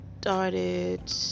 started